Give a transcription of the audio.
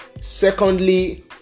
Secondly